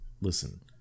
listen